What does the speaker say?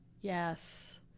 Yes